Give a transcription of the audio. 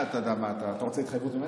אתה רוצה התחייבות ממני?